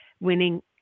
winning